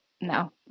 no